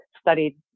studied